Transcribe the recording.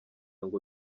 ngo